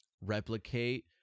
replicate